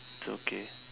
it's okay